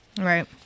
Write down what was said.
right